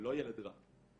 ולא ילד רע.